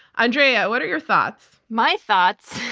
andrea, what are your thoughts? my thoughts.